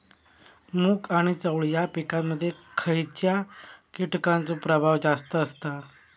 मूग आणि चवळी या पिकांमध्ये खैयच्या कीटकांचो प्रभाव जास्त असता?